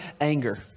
anger